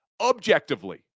objectively